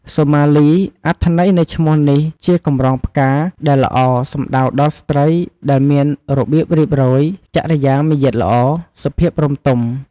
សុមាលី អត្ថន័យនៃឈ្មោះនេះជាកម្រងផ្កាដែលល្អ សំដៅដល់ស្រ្តីដែលមានរបៀបរៀបរយ ចរិយាមាយាទល្អ សុភាពរម្យទម។